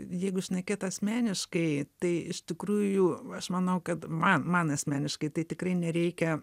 jeigu šnekėt asmeniškai tai iš tikrųjų aš manau kad man man asmeniškai tai tikrai nereikia